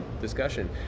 discussion